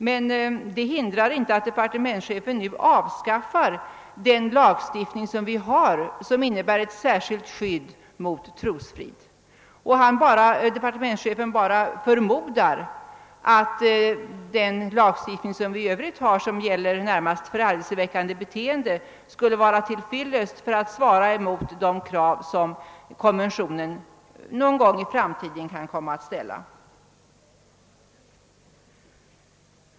Men detta hindrar inte att departementschefen nu vill avskaffa den lagstiftning vi har och som innebär ett särskilt skydd för trosfrid. Departementschefen förmodar bara att den lagstift ning som i övrigt finns och som närmast gäller förargelseväckande beteende, skall vara till fyllest för att svara mot de krav som konventionen någon gång i framtiden kan komma att ställa.